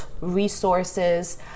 resources